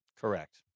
Correct